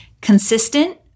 consistent